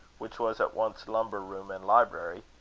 which was at once lumber room and library,